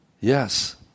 Yes